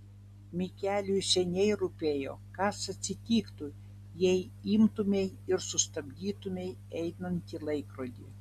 mikeliui seniai rūpėjo kas atsitiktų jei imtumei ir sustabdytumei einantį laikrodį